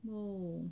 oh